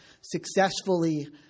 successfully